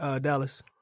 Dallas